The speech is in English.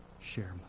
share